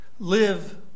live